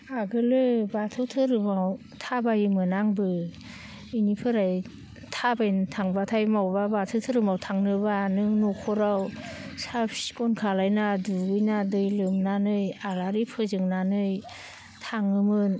आगोलो बाथौ धोरोमाव थाबायोमोन आंबो बेनिफ्राय थाबायनो थांबाथाय बहाबा बाथौ धोरोमाव थांनोबा नों न'खराव साफ सिखोन खालामनानै दुगैना दै लोबनानै आलारि फोजोंनानै थाङोमोन